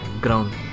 ground